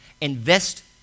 invest